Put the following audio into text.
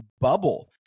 bubble